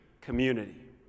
community